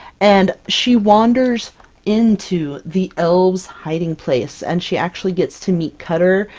and she wanders into the elves hiding-place and she actually gets to meet cutter!